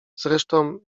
zresztą